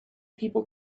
people